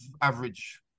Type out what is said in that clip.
average